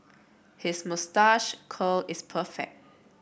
his moustache curl is perfect